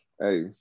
Hey